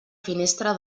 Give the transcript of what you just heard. finestra